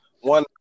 one